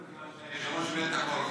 חבר הכנסת לוין,